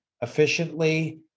efficiently